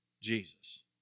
Jesus